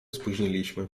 spóźniliśmy